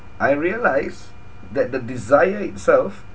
I realised that the desire itself